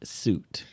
suit